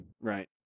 Right